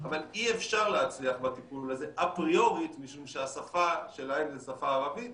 אבל אי אפשר להצליח בטיפול הזה אפריורית משום שהשפה שלהם זה שפה ערבית